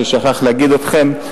ששכח לציין אתכם,